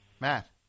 Matt